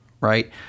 right